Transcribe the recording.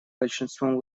большинством